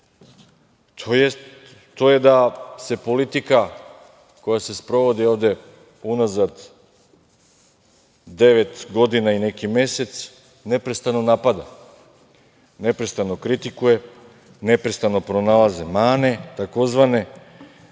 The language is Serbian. to je da se politika koja se sprovodi ovde unazad devet godina i neki mesec neprestano napada, neprestano kritikuje, neprestano pronalaze mane tzv.